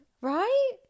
Right